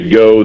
go